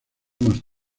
más